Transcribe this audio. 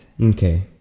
Okay